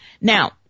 now